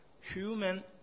human